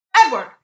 Edward